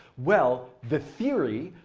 well, the theory,